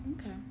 Okay